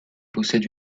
possède